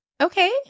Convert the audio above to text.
Okay